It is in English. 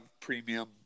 premium